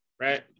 right